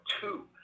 two